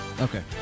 Okay